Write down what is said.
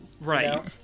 Right